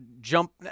jump